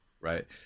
right